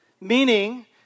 meaning